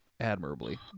Admirably